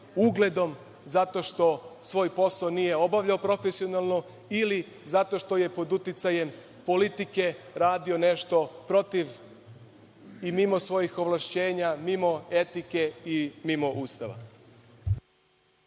ugledom zato što svoj posao nije obavljao profesionalno ili zato što je pod uticajem politike radio nešto protiv i mimo svojih ovlašćenja, mimo etike i mimo Ustava?